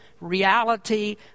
reality